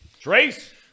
Trace